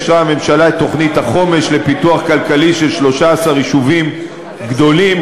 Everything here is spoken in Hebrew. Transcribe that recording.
אישרה הממשלה את תוכנית החומש לפיתוח כלכלי של 13 יישובים גדולים,